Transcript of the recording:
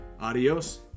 Adios